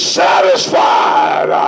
satisfied